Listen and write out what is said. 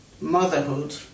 motherhood